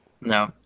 no